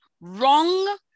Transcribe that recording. wrong